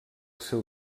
seu